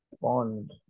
Bond